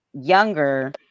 younger